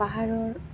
পাহাৰৰ